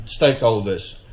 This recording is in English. stakeholders